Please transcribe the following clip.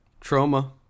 Trauma